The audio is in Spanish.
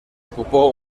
ocupó